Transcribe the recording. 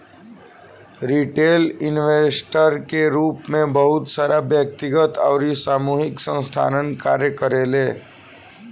retail investor के रूप में बहुत सारा व्यक्तिगत अउरी सामूहिक संस्थासन कार्य करेले